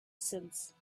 since